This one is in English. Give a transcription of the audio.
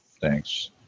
Thanks